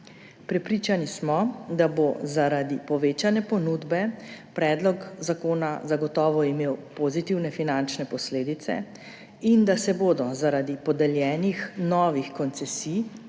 Prepričani smo, da bo zaradi povečane ponudbe predlog zakona zagotovo imel pozitivne finančne posledice in da se bodo zaradi podeljenih novih koncesij